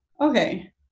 okay